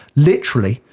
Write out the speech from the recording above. literally,